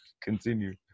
continue